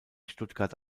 stuttgart